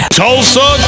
tulsa